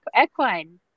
equine